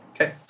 Okay